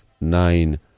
Nine